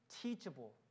teachable